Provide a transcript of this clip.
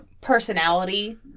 Personality